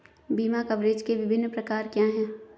बीमा कवरेज के विभिन्न प्रकार क्या हैं?